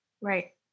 Right